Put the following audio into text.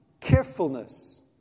Carefulness